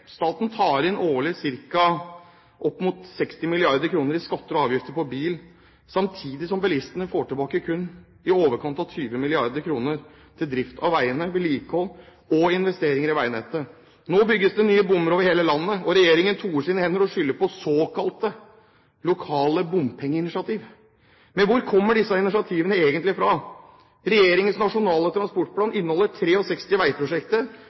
Staten tar årlig inn oppimot 60 mrd. kr i skatter og avgifter på bil, samtidig som bilistene kun får tilbake i overkant av 20 mrd. kr i form av drift av veiene, vedlikehold og investeringer i veinettet. Nå bygges det nye bommer over hele landet, og regjeringen toer sine hender og skylder på såkalte lokale bompengeinitiativ. Men hvor kommer disse initiativene egentlig fra? Regjeringens nasjonale transportplan inneholder 63 veiprosjekter der